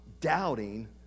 doubting